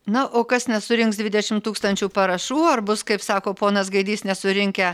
na o kas nesurinks dvidešimt tūkstančių parašų ar bus kaip sako ponas gaidys nesurinkę